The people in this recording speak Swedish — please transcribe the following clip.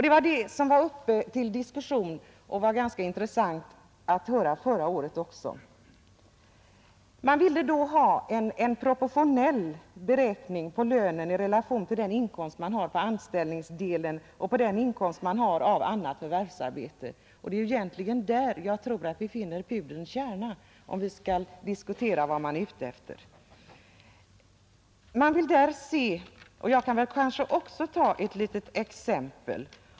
Det var detta som var uppe till diskussion och var ganska intressant att höra förra året också. Man ville då ha en proportionell beräkning på lönen i relation till den inkomst som föll på anställningsdelen och den inkomst som härrörde från annat förvärvsarbete. Det är egentligen här jag tror att vi finner pudelns kärna och förstår vad man är ute efter. Jag kan kanske också ta ett litet exempel.